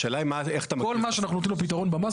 השאלה היא איך את מגדיר --- כל מה שאנחנו נותנים לו פתרון במס,